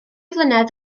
flynedd